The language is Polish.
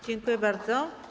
Dziękuję bardzo.